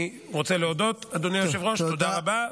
אני רוצה להודות, אדוני היושב-ראש, תודה רבה.